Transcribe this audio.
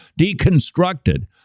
deconstructed